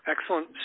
Excellent